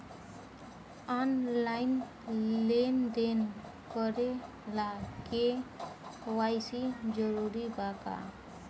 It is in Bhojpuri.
आनलाइन लेन देन करे ला के.वाइ.सी जरूरी बा का?